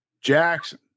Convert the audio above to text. Jackson